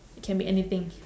it can be anything